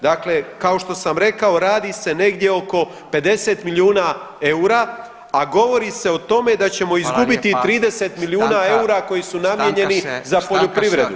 Dakle, kao što sam rekao radi se negdje oko 50 milijuna eura, a govori se o tome da ćemo izgubiti [[Upadica: Hvala lijepa.]] 30 milijuna eura koji su namijenjeni za poljoprivredu.